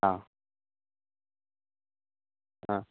हाँ हाँ